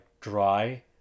dry